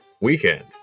weekend